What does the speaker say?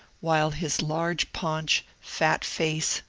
while his large paunch, fat face,